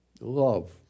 Love